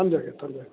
ꯊꯝꯖꯔꯒꯦ ꯊꯝꯖꯔꯒꯦ ꯎꯝ